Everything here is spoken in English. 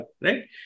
right